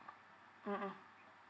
mmhmm